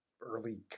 early